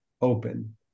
open